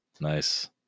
Nice